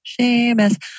Seamus